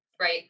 right